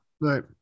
Right